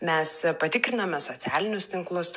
mes patikriname socialinius tinklus